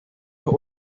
los